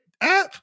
app